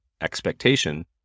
expectation